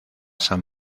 san